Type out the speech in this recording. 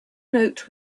note